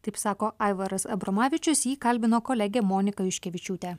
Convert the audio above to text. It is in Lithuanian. taip sako aivaras abromavičius jį kalbino kolegė monika juškevičiūtė